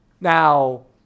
Now